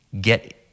get